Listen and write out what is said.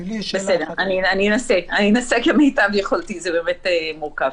אני אנסה כמיטב יכולתי, זה באמת מורכב.